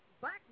black